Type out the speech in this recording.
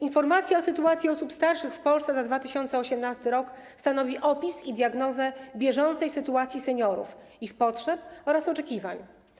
Informacja o sytuacji osób starszych w Polsce za 2018 r. stanowi opis i diagnozę bieżącej sytuacji seniorów, ich potrzeb oraz oczekiwań.